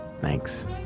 Thanks